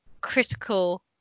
critical